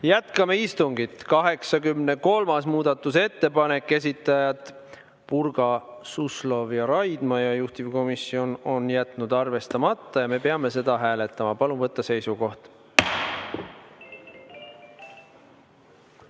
Jätkame istungit 83. muudatusettepanekuga. Esitajad Purga, Suslov ja Raidma, juhtivkomisjon on jätnud selle arvestamata. Me peame seda hääletama. Palun võtta seisukoht!